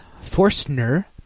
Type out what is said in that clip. Forstner